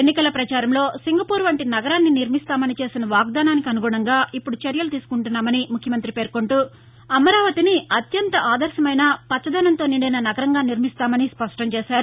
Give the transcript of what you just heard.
ఎన్నికల ప్రచారంలో సింగపూర్ వంటి నగరాన్ని నిర్మిస్తామని చేసిన వాగ్దానానికి అనుగుణంగా ఇప్పుడు చర్యలు తీసుకుంటున్నామని ముఖ్యమంతి పేర్కొంటూ అమరావతిని అత్యంత ఆదర్శమైన పచ్చదనంతో నిండిన నగరంగా నిర్మిస్తామని స్పష్టంచేశారు